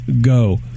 go